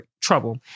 trouble